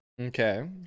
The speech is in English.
Okay